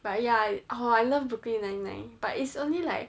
but ya orh I love brooklyn nine nine but it's only like